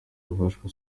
wafashwe